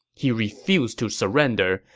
he refused to surrender,